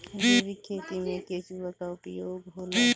जैविक खेती मे केचुआ का उपयोग होला?